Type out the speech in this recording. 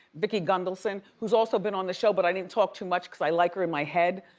vicki gunvalson, who's also been on the show, but i didn't talk too much cause i liked her in my head,